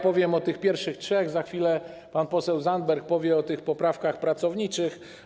Powiem o pierwszych trzech, a za chwilę pan poseł Zandberg powie o poprawkach pracowniczych.